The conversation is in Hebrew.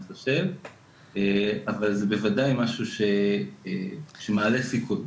אבל זה בוודאי משהו שמעלה סיכון.